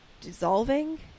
dissolving